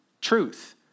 truth